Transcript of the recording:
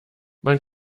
man